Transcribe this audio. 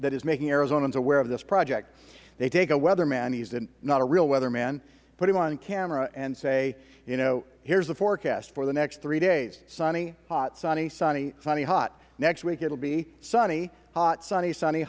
that is making arizonans aware of this project they take a weatherman he's not a real weatherman put him on camera and say you know here's the forecast for the next three days sunny hot sunny sunny sunny hot next week it'll be sunny hot sunny sunny